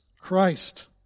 Christ